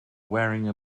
wearing